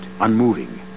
unmoving